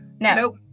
No